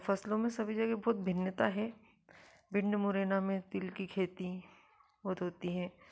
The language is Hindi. फसलों में सभी जगह बहुत भिन्नता है भिण्ड मुरैना में तिल की खेती बहुत होती है